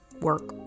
work